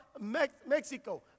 Mexico